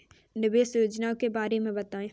निवेश योजनाओं के बारे में बताएँ?